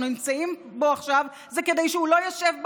נמצאים פה עכשיו זה כדי שהוא לא יישב בכלא.